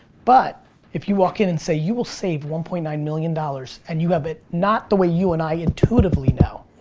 but if you walk in and say, you will save one point nine million dollars and you have it not the way you and i intuitively know,